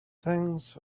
things